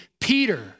Peter